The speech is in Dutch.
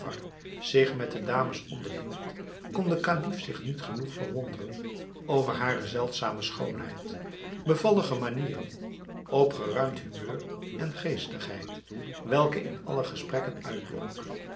zich met de dames onderhield kon de kalif zich niet genoeg verwonderen over hare zeldzame schoonheid bevallige manieren opgeruimd humeur en geestigheid welke in alle gesprekken